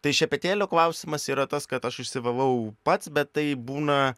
tai šepetėlio klausimas yra tas kad aš išsivalau pats bet tai būna